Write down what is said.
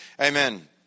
amen